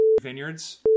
vineyards